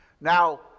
Now